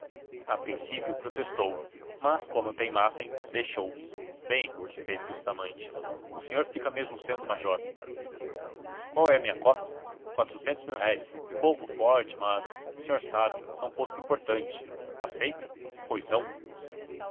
a princípio protestou mas como teimassem deixou bem fez bustamante o senhor fica mesmo sendo major qual é a minha quota quatrocentos mil-réis um pouco forte mas o senhor sabe é um posto importante aceita pois não